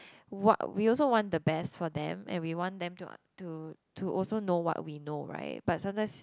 what we also want the best for them and we want them to to to also know what we know right but sometimes